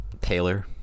Taylor